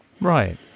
Right